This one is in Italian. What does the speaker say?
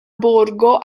borgo